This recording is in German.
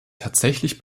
tatsächlich